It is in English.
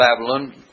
Babylon